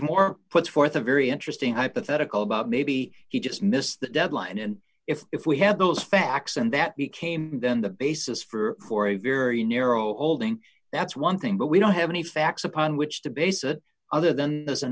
moore put forth a very interesting hypothetical about maybe he just missed that deadline and if if we had those facts and that became then the basis for for a very narrow holding that's one thing but we don't have any facts upon which to base it other than as an